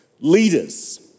leaders